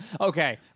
Okay